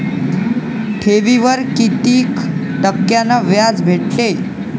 ठेवीवर कितीक टक्क्यान व्याज भेटते?